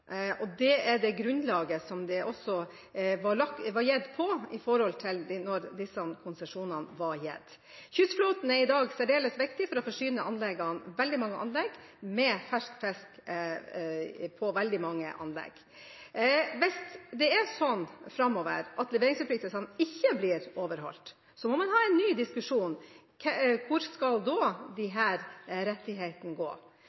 var også på dette grunnlaget disse konsesjonene ble gitt. Kystflåten er i dag særdeles viktig for å forsyne veldig mange anlegg med fersk fisk. Hvis leveringsforpliktelsene framover ikke blir overholdt, må man ha en ny diskusjon om hvem rettighetene skal gå til. Hvis det er dette representanten her tar opp, at man da